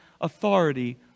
authority